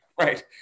Right